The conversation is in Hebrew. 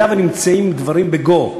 היה ונמצאים דברים בגו,